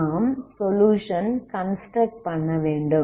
நாம் solution construct பண்ணவேண்டும்